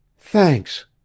Thanks